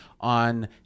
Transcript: on